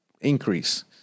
increase